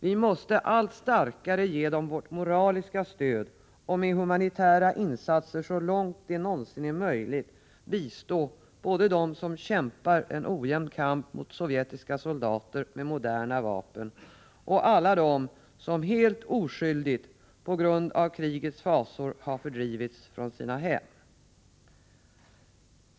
Vi måste allt starkare ge dem vårt moraliska stöd och med humanitära insatser så långt det någonsin är möjligt bistå både dem som kämpar en ojämn kamp mot sovjetiska soldater med moderna vapen och alla dem som helt oskyldigt på grund av krigets fasor har fördrivits från sina hem.